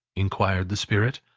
inquired the spirit.